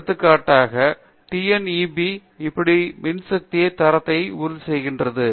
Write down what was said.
எடுத்துக்காட்டாக T N E B எப்படி மின்சக்தியின் தரத்தை உறுதி செய்கிறது